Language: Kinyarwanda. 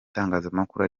itangazamakuru